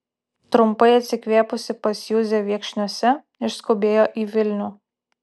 trumpai atsikvėpusi pas juzę viekšniuose išskubėjo į vilnių